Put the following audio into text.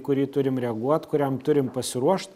kurį turim reaguot kuriam turim pasiruošt